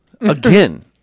Again